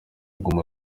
guma